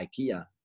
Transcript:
IKEA